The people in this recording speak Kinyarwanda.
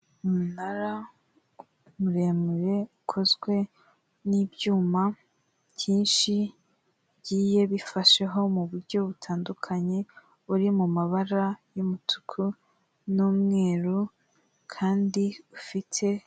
Umunara muremure ukozwe n'ibyuma byinshi bigiye bifasheho mu buryo butandukanye buri mu mabara y'umutuku n'umweru kandi ufite.